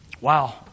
Wow